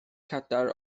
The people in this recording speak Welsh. cadair